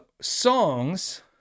songs